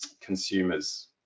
consumers